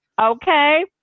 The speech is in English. okay